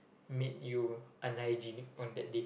made you unhygienic on that day